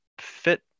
fit